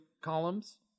columns